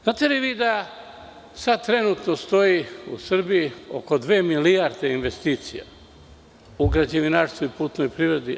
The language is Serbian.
Znate li vi da sad trenutno u Srbiji stoji oko dve milijarde investicija u građevinarstvu i putnoj privredi?